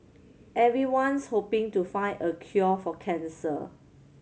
everyone's hoping to find a cure for cancer